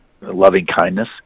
loving-kindness